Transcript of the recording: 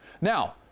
Now